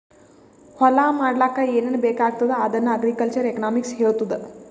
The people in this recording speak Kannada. ಹೊಲಾ ಮಾಡ್ಲಾಕ್ ಏನೇನ್ ಬೇಕಾಗ್ತದ ಅದನ್ನ ಅಗ್ರಿಕಲ್ಚರಲ್ ಎಕನಾಮಿಕ್ಸ್ ಹೆಳ್ತುದ್